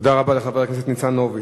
תודה רבה לחבר הכנסת ניצן הורוביץ.